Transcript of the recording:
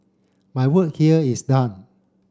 my work here is done